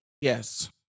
yes